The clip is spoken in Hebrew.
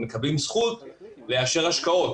מקבלים זכות לאשר השקעות.